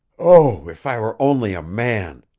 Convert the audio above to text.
oh, if i were only a man!